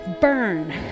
burn